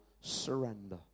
surrender